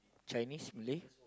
Chinese Malay